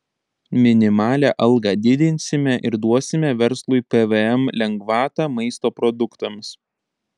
minimalią algą didinsime ir duosime verslui pvm lengvatą maisto produktams